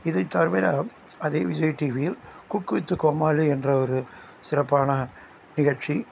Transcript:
இதை தவிர அதே விஜய் டிவியில் குக்கு வித்து கோமாளி என்ற ஒரு சிறப்பான நிகழ்ச்சி